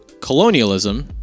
colonialism